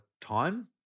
time